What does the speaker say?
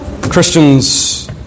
Christians